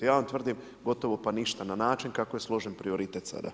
Ja vam tvrdim, gotovo pa ništa, na način, kako je složen prioritet sada.